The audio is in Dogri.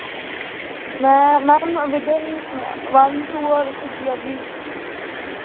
में ma'am within one two hour पुज्जी जागी